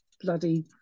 bloody